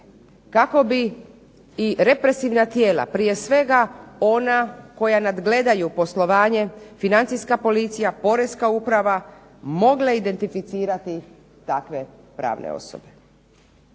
Kako bi i represivna tijela prije svega ona koja nadgledaju poslovanje financijska policija, Porezna uprava mogle identificirati takve pravne osobe.